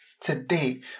today